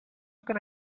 can